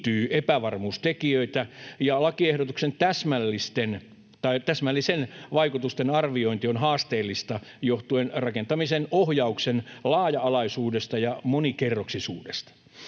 täsmällinen vaikutusten arviointi on haasteellista johtuen rakentamisen ohjauksen laaja-alaisuudesta ja monikerroksisuudesta.